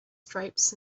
stripes